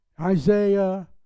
Isaiah